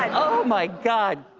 oh, my god.